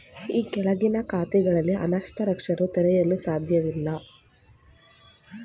ಈ ಕೆಳಗಿನ ಯಾವ ಖಾತೆಗಳನ್ನು ಅನಕ್ಷರಸ್ಥರು ತೆರೆಯಲು ಸಾಧ್ಯವಿಲ್ಲ?